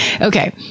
Okay